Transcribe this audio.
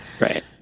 Right